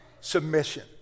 submission